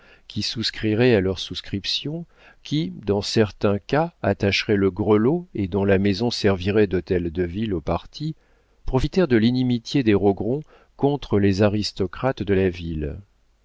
qui souscrirait à leurs souscriptions qui dans certains cas attacherait le grelot et dont la maison servirait dhôtel de ville au parti profitèrent de l'inimitié des rogron contre les aristocrates de la ville